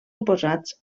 oposats